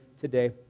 today